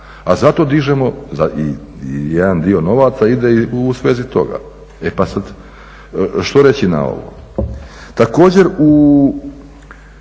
i zato dižemo i jedan dio novaca ide u svezi toga. E pa sad što reći na ovo.